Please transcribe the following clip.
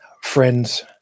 Friends